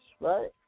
right